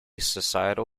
societal